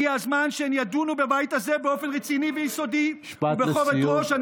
הגיע הזמן שהן יידונו בבית הזה באופן רציני ויסודי ובכובד ראש.